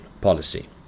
policy